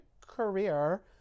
career